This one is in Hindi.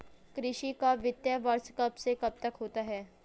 कृषि का वित्तीय वर्ष कब से कब तक होता है?